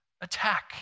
attack